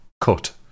cut